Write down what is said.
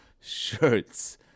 shirts